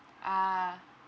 ah